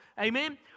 Amen